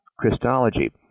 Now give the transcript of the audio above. Christology